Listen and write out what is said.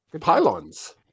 pylons